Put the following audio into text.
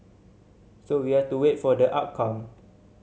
so we have to wait for the outcome